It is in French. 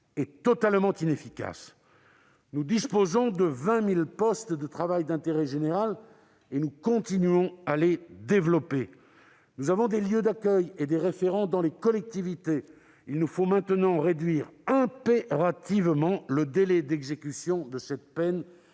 et totalement inefficace. Nous disposons de vingt mille postes de travail d'intérêt général et nous continuons à les développer. Nous avons des lieux d'accueil et des référents dans les collectivités. Il nous faut maintenant réduire impérativement le délai d'exécution de cette peine.